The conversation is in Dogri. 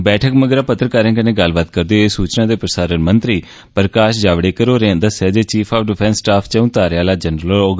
बैठक मगरा पत्रकारें कन्ने गल्लबात करदे होई सूचना ते प्रसारण मंत्री प्रकाश जावड़ेकर होरें दस्सेआ जे चीफ ऑफ डिफेंस स्टाफ चौंउ तारें आहला जनरल होग